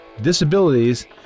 disabilities